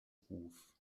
ruf